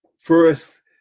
first